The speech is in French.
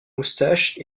moustache